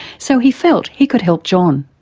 so he felt he could help john.